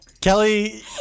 Kelly